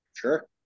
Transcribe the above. Sure